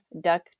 duck